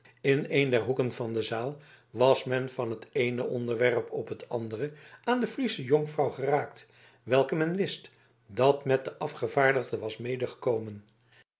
in een der hoeken van de zaal was men van t eene onderwerp op t andere aan de friesche jonkvrouw geraakt welke men wist dat met de afgevaardigden was